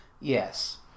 Yes